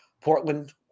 Portland